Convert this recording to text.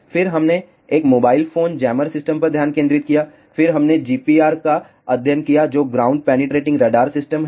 फिर हमने एक मोबाइल फोन जैमर सिस्टम पर ध्यान केंद्रित किया फिर हमने GPR का अध्ययन किया जो ग्राउंड पेनिट्रेटिंग रडार सिस्टम है